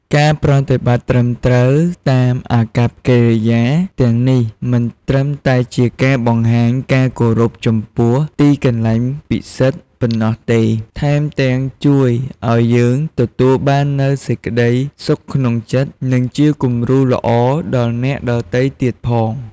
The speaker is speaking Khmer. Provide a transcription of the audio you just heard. ការប្រតិបត្តិត្រឹមត្រូវតាមអាកប្បកិរិយាទាំងនេះ មិនត្រឹមតែជាការបង្ហាញការគោរពចំពោះទីកន្លែងពិសិដ្ឋប៉ុណ្ណោះទេ ថែមទាំងជួយឲ្យយើងទទួលបាននូវសេចក្តីសុខក្នុងចិត្ត និងជាគំរូល្អដល់អ្នកដទៃទៀតផង។